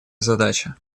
задача